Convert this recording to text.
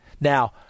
Now